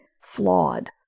flawed